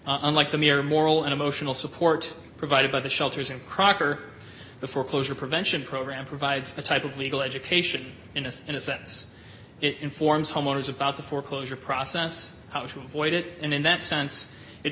system unlike the mere moral and emotional support provided by the shelters and crocker the foreclosure prevention program provides a type of legal education in a in a sense it informs homeowners about the foreclosure process how to avoid it and in that sense it